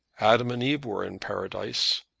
adam and eve were in paradise.